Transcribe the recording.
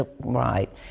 right